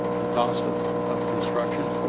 the cost of of construction